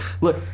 look